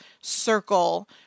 circle